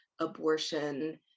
abortion